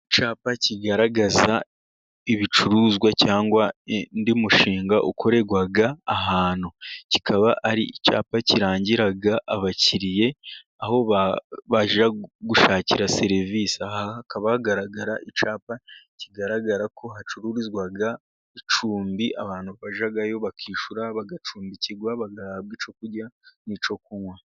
Icyapa kigaragaza ibicuruzwa ,cyangwa undi mushinga ukorerwa ahantu, kikaba ari icyapa kirangira abakiriya aho bajya gushakira serivisi, hakaba hagaragara icyapa kigaragara ko hacururizwa icumbi ,abantu bajyayo bakishyura, bagacumbikirwa bagahabwa icyo kurya n'icyo kunywa.